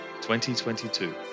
2022